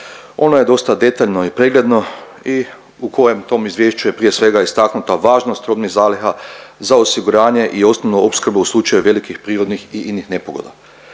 Ono je dosta detaljno i pregledno i u kojem tom izvješću je prije svega istaknuta važnost robnih zaliha za osiguranje i osnovnu opskrbu u slučaju velikih prirodnih i inih nepogoda.